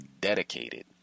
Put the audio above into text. dedicated